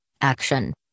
Action